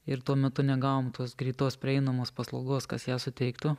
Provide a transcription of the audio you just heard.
ir tuo metu negavom tos greitos prieinamos paslaugos kas ją suteiktų